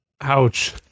Ouch